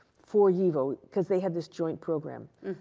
for yivo, because they had this joint program.